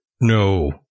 no